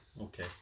okay